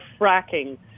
fracking